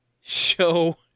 show